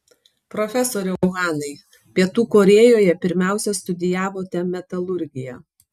profesoriau hanai pietų korėjoje pirmiausia studijavote metalurgiją